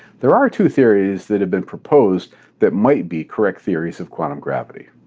there are two theories that have been proposed that might be correct theories of quantum gravity.